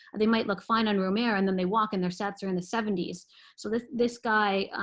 they might look fine on room air, and then they walk, and their sats are in the seventy so so this this guy,